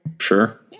Sure